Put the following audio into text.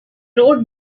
road